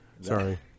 Sorry